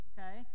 Okay